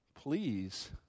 Please